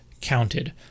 counted